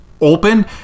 open